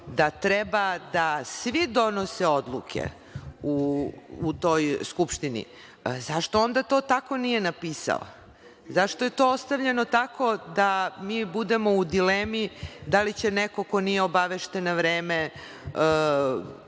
da treba da svi donose odluke u toj Skupštini, zašto onda to tako nije napisao? Zašto je to ostavljeno tako da mi budemo u dilemi da li će neko ko nije obavešten na vreme